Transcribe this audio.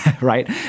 right